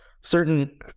certain